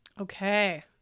Okay